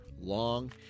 long